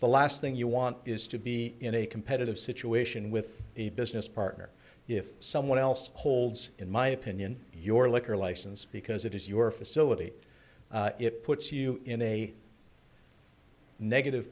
the last thing you want is to be in a competitive situation with a business partner if someone else holds in my opinion your liquor license because it is your facility it puts you in a negative